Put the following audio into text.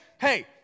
Hey